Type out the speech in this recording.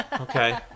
Okay